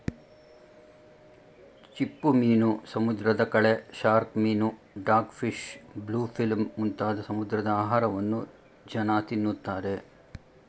ಚಿಪ್ಪುಮೀನು, ಸಮುದ್ರದ ಕಳೆ, ಶಾರ್ಕ್ ಮೀನು, ಡಾಗ್ ಫಿಶ್, ಬ್ಲೂ ಫಿಲ್ಮ್ ಮುಂತಾದ ಸಮುದ್ರದ ಆಹಾರವನ್ನು ಜನ ತಿನ್ನುತ್ತಾರೆ